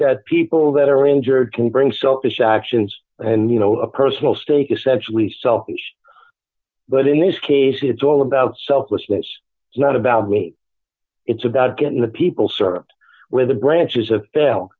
that people that are injured can bring selfish actions and you know a personal stake essentially selfish but in this case it's all about selflessness it's not about me it's about getting the people served where the branches of